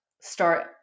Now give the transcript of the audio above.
start